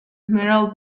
metal